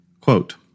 Quote